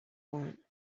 want